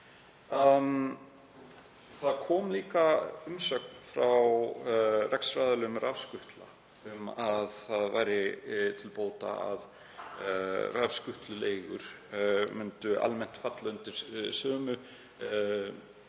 Það kom líka umsögn frá rekstraraðilum rafskutla um að það væri til bóta að rafskutluleigur myndu almennt falla undir sama